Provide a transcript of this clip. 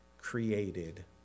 created